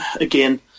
Again